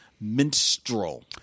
minstrel